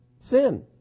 Sin